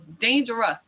dangerous